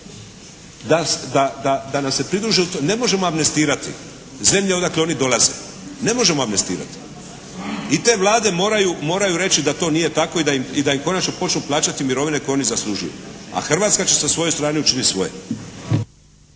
da nam se pridruže, ne možemo amnestirati zemlje odakle oni dolaze. Ne možemo amnestirati. I te vlade moraju, moraju reći da to nije tako i da im konačno počnu plaćati mirovine koje oni zaslužuju. A Hrvatska će sa svoje strane učiniti svoje.